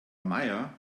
meier